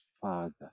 Father